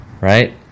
Right